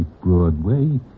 Broadway